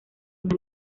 una